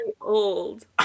old